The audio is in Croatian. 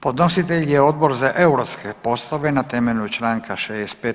Podnositelj je Odbor za europske poslove na temelju čl. 65.